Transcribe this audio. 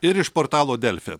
ir iš portalo delfi